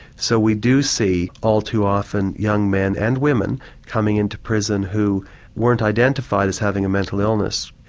so we do see all too often young men and women coming into prison who weren't identified as having a mental illness,